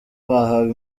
bahawe